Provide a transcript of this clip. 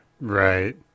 Right